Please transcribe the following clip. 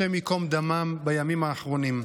השם ייקום דמם, בימים האחרונים: